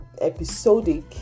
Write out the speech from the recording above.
episodic